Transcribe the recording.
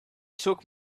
took